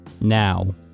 Now